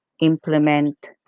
implement